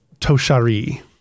Toshari